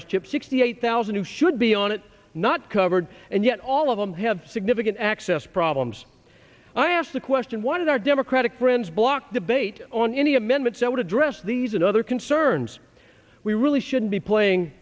by s chip sixty eight thousand who would be on it not covered and yet all of them have significant access problems i asked the question one of our democratic friends blocked debate on any amendments that would address these and other concerns we really shouldn't be playing